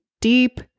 deep